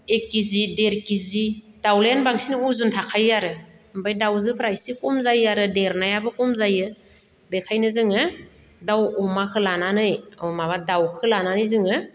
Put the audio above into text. एक केजि देर केजि दाउज्लायानो बांसिन अजन थाखायो आरो ओमफ्राय दाउजोफोरा एसे खम जायो आरो देरनायाबो खम जायो बेखायनो जोङो दाउ अमाखो लानानै औ माबा दाउखो लानानै जोङो